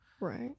Right